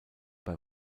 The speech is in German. bei